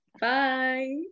Bye